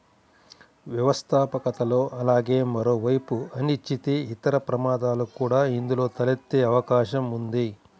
వ్యవస్థాపకతలో అలాగే మరోవైపు అనిశ్చితి, ఇతర ప్రమాదాలు కూడా ఇందులో తలెత్తే అవకాశం ఉంది